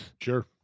Sure